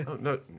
No